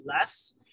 less